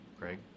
Craig